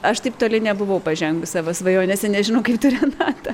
aš taip toli nebuvau pažengus savo svajonėse nežinau kaip tu renata